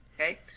okay